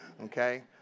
Okay